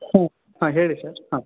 ಹ್ಞೂ ಹಾಂ ಹೇಳಿ ಸರ್ ಹಾಂ